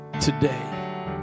today